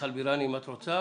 מיכל בירן בבקשה.